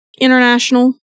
international